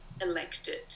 elected